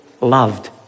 loved